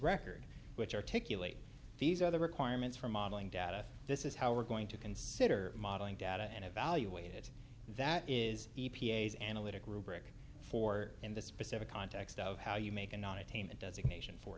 record which articulate these are the requirements for modeling data this is how we're going to consider modeling data and evaluate it that is e p a s analytic rubric for in the specific context of how you make a non attainment designation for